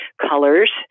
colors